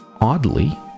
oddly